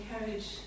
encourage